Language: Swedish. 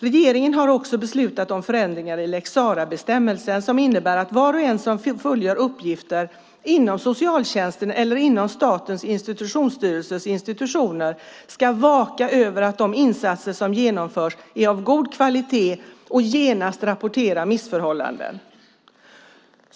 Regeringen har också beslutat om förändringar i lex Sarah-bestämmelsen som innebär att var och en som fullgör uppgifter inom socialtjänsten eller inom Statens institutionsstyrelses institutioner ska vaka över att de insatser som genomförs är av god kvalitet och genast rapportera missförhållanden.